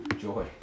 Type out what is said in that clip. joy